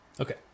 Okay